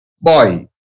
Boy